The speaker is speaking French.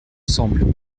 semble